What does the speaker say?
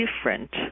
different